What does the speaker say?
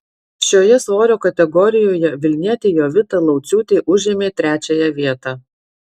šioje svorio kategorijoje vilnietė jovita lauciūtė užėmė trečiąją vietą